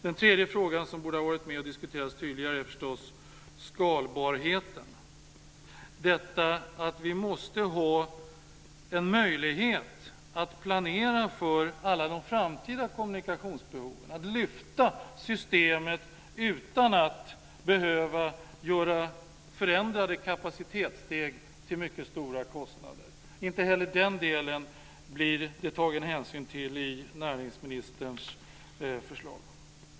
Den tredje fråga som borde ha varit med och diskuterats tydligare är förstås frågan om skalbarheten - detta att vi måste ha en möjlighet att planera för alla de framtida kommunikationsbehoven och för att vi ska kunna lyfta systemet utan att behöva förändra kapaciteten till mycket stora kostnader. Inte heller den delen tas det hänsyn till i näringsministerns förslag.